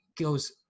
goes